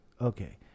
Okay